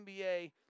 NBA